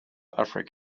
africa